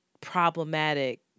problematic